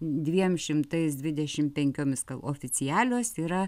dviem šimtais dvidešimt penkiomis oficialios yra